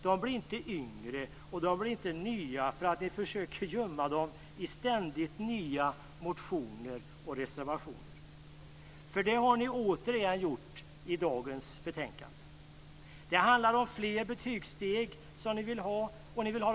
Det blir inte bättre eller nyare av att ni försöker gömma det i ständigt nya motioner och reservationer. Det har ni återigen gjort i dagens betänkande. Ni vill ha fler betygssteg, och ni vill ha betyg tidigare.